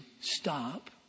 stop